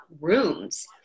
rooms